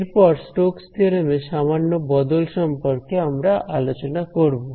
এরপর Stokes theorem Stoke's theorem এর সামান্য বদল সম্পর্কে আমরা আলোচনা করব